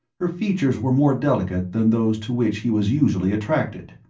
her features were more delicate than those to which he was usually attracted.